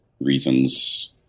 reasons